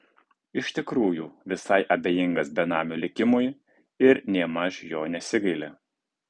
iš tikrųjų visai abejingas benamio likimui ir nėmaž jo nesigaili